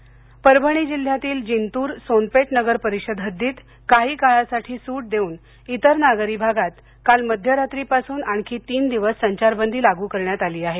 संचारबंदी वाढ परभणी जिल्ह्यातील जिंतूर सोनपेठ नगर परिषद हद्दीत काही काळासाठी सुट देऊन इतर नागरी भागात काल मध्यरात्रीपासून आणखी तीन दिवस संचारबंदी लागू करण्यात आली आहे